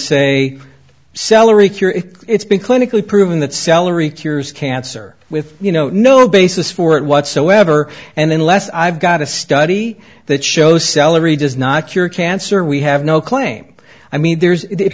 say celery cure it's been clinically proven that celery cures cancer with you know no basis for it whatsoever and unless i've got a study that shows celery does not cure cancer we have no claim i mean there's i